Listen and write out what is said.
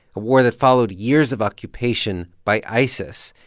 a war that followed years of occupation by isis.